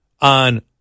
on